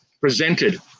presented